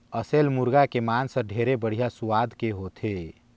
असेल मुरगा के मांस हर ढेरे बड़िहा सुवाद के होथे